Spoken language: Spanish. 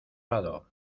lado